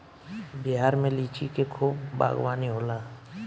बिहार में लिची के खूब बागवानी होला